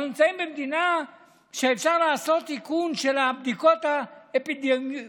אנחנו נמצאים במדינה שאפשר לעשות איכון של הבדיקות האפידמיולוגיות,